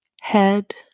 head